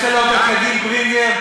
אני רוצה להודות לגיל ברינגר,